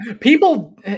people